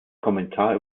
kommentar